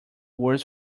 words